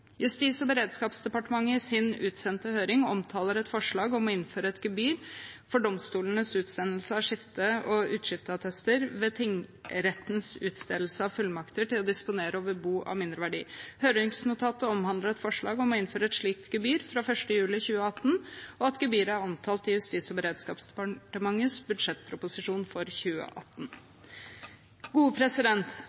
Justis- og beredskapsdepartementets utsendte høring omhandler et forslag om å innføre et gebyr for domstolenes utstedelse av skifte- og uskifteattester og ved tingrettens utstedelse av fullmakter til å disponere over bo av mindre verdi. Høringsnotatet omhandler et forslag om å innføre et slikt gebyr fra 1. juli 2018, og gebyret er omtalt i Justis- og beredskapsdepartementets budsjettproposisjon for 2018.